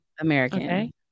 American